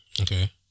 Okay